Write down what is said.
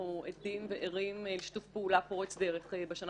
אנחנו עדים וערים לשיתוף פעולה פורץ דרך בשנה